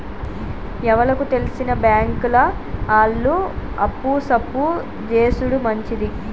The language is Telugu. ఎవలకు తెల్సిన బాంకుల ఆళ్లు అప్పు సప్పు జేసుడు మంచిది